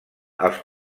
els